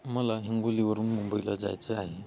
मला हिंगोलीवरून मुंबईला जायचं आहे